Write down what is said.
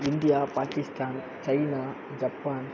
India Pakistan China Japan